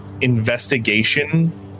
investigation